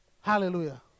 Hallelujah